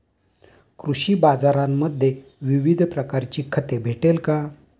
कृषी बाजारांमध्ये विविध प्रकारची खते भेटेल का?